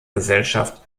gesellschaft